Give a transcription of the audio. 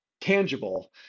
tangible